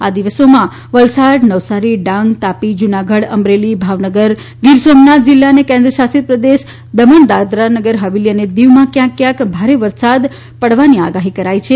આ દિવસોમાં વલસાડ નવસારી ડાંગ તાપી જૂનાગઢ અમરેલી ભાવનગર ગીર સોમનાથ જીલ્લા અને કેન્દ્રશાસિત પ્રદેશ દમણ દાદરાનગર હવેલી અને દિવમાં ક્યાંક ક્યાંક ભારે વરસાદ પડવાની આગાહી કરાઇ છે